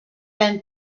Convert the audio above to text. been